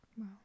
Wow